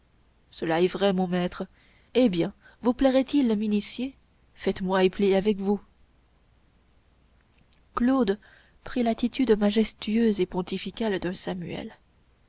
cela est vrai mon maître eh bien vous plairait-il m'initier faites-moi épeler avec vous claude prit l'attitude majestueuse et pontificale d'un samuel